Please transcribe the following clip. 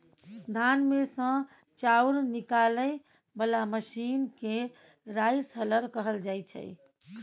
धान मे सँ चाउर निकालय बला मशीन केँ राइस हलर कहल जाइ छै